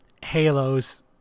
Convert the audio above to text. Halos